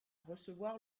recevoir